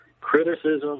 criticism